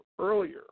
earlier